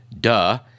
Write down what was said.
duh